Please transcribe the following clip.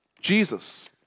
Jesus